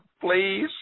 Please